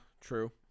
True